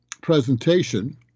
Presentation